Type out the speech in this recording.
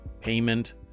payment